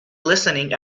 listening